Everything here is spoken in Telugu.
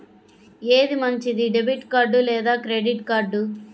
ఏది మంచిది, డెబిట్ కార్డ్ లేదా క్రెడిట్ కార్డ్?